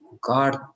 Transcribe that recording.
god